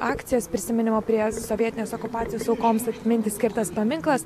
akcijos prisiminimo prie sovietinės okupacijos aukoms atminti skirtas paminklas